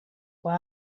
why